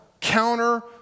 counter